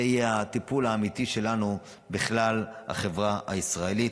זה יהיה הטיפול האמיתי שלנו בכלל החברה הישראלית.